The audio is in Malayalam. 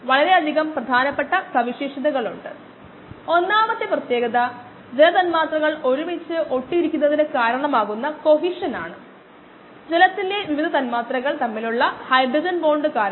സോഫ്റ്റ്വെയർ നമുക്ക് ധാരാളം അക്കങ്ങൾ നൽകും പക്ഷേ നമുക്ക്ട അക്കങ്ങൾ നമ്മൾ തിരഞ്ഞെടുക്കേണ്ടതുണ്ട്